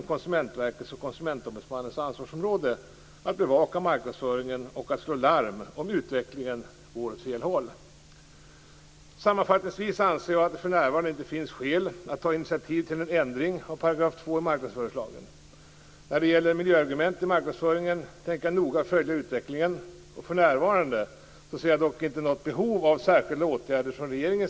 Konsumentombudsmannen har sagt att marknadsföringslagen inte är tillämplig på intresseorganisationer och att man därför inte kan komma åt reklam som "Bli miljöaktivist - köp ny bil." med marknadsföringslagen. Jag har också en annan fundering.